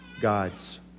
God's